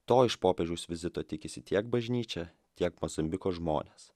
to iš popiežiaus vizito tikisi tiek bažnyčia tiek mozambiko žmonės